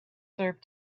served